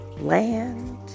land